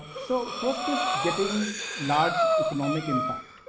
so, first is getting large economic impact.